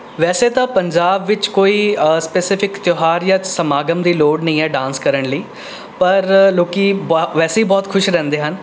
ਵੈਸੇ ਤਾਂ ਪੰਜਾਬ ਵਿੱਚ ਕੋਈ ਸਪੈਸੇਫਿਕ ਤਿਉਹਾਰ ਜਾਂ ਸਮਾਗਮ ਦੀ ਲੋੜ ਨਹੀਂ ਹੈ ਡਾਂਸ ਕਰਨ ਲਈ ਪਰ ਲੋਕ ਵੈਸੇ ਹੀ ਬਹੁਤ ਖੁਸ਼ ਰਹਿੰਦੇ ਹਨ